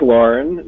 Lauren